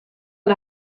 and